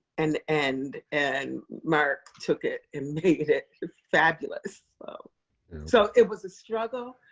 and and and mark took it and made it it fabulous. so so it was a struggle.